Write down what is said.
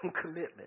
commitment